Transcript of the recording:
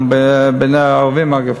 גם בין הערבים, אגב.